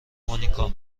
مونیکا